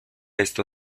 esto